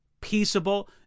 peaceable